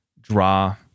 draw